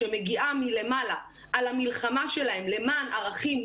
שמגיעה מלמעלה על המלחמה שלהם למען ערכים,